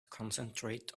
concentrate